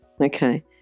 okay